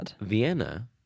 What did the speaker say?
Vienna